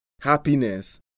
happiness